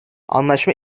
anlaşma